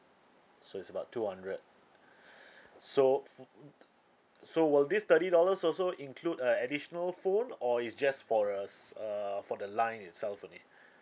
so it's about two hundred so so will this thirty dollars also include a additional phone or it's just for a s~ err for the line itself only